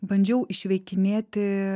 bandžiau išveikinėti